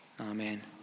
Amen